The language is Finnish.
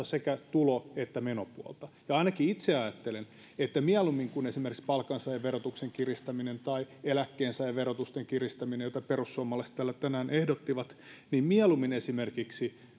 sekä tulo että menopuolta ja ainakin itse ajattelen että mieluummin kuin esimerkiksi palkansaajan verotuksen kiristämistä tai eläkkeensaajan verotuksen kiristämistä jota perussuomalaiset täällä tänään ehdottivat pitäisi katsoa esimerkiksi